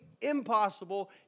impossible